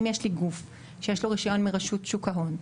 אם יש לי גוף שיש לו רישיון מרשות שוק ההון,